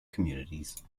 communities